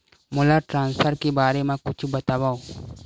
मोला ट्रान्सफर के बारे मा कुछु बतावव?